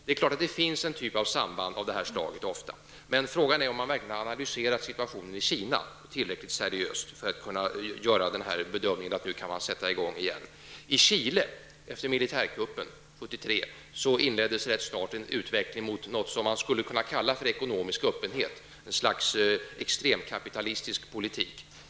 Det är klart att det ofta finns en typ av samband av det här slaget. Frågan är dock om man verkligen har analyserat situationen i Kina tillräckligt seriöst, eftersom man har kommit fram till bedömningen att kan man sätta i gång igen. Efter militärkuppen i Chile år 1973 inleddes ganska snart en utveckling mot något som man skulle kunna kalla för ekonomisk öppenhet, ett slags extremkapitalistisk politik.